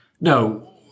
No